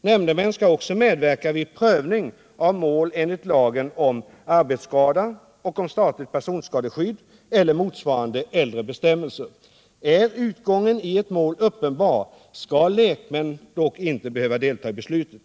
Nämndemän skall också medverka vid prövning av mål enligt lagarna om arbetsskada och om statligt personskadeskydd eller motsvarande äldre bestämmelser. Är utgången i ett mål uppenbar skall lekmän dock inte behöva delta i beslutet.